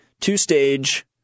two-stage